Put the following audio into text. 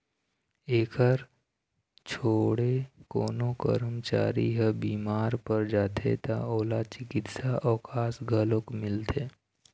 एखर छोड़े कोनो करमचारी ह बिमार पर जाथे त ओला चिकित्सा अवकास घलोक मिलथे